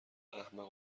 احمق